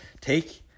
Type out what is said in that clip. take